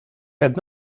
had